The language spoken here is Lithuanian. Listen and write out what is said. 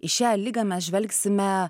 į šią ligą mes žvelgsime